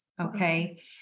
okay